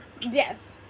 Yes